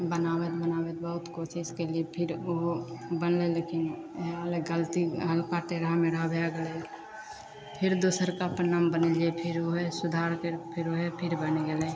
बनाबैत बनाबैत बहुत कोशिश केलिए फेर ओहो बनलै लेकिन ओहो बनलै लेकिन गलती अहाँके टेढ़ा मेढ़ा भै गेलै फेर दोसरका पन्नामे बनेलिए फेर ओहे सुधार करि फेर ओहे फेर बनि गेलै